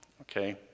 Okay